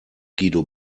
guido